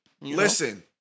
Listen